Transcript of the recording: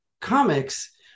comics